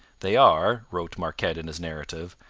they are wrote marquette in his narrative,